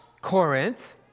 Corinth